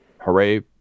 hooray